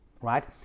right